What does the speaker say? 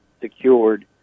secured